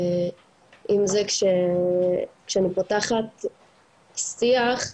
אם זה כשאני פותחת שיח.